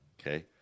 okay